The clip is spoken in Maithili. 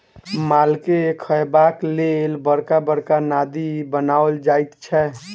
मालके खयबाक लेल बड़का बड़का नादि बनाओल जाइत छै